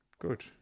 Good